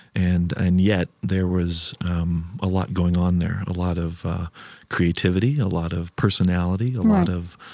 and and yet there was um a lot going on there, a lot of creativity, a lot of personality, a lot of